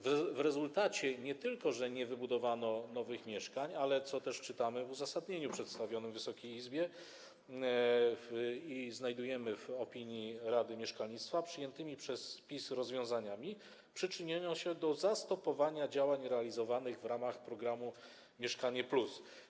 W rezultacie nie tylko że nie wybudowano nowych mieszkań, ale - co czytamy w uzasadnieniu przedstawionym Wysokiej Izbie i znajdujemy w opinii Rady Mieszkalnictwa - przyjęte przez PiS rozwiązania przyczyniają się do zastopowania działań realizowanych w ramach programu „Mieszkanie+”